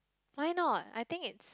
why not I think it's